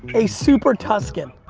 a super tuscan.